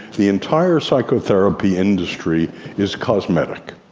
the entire psychotherapy industry is cosmetic.